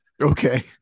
okay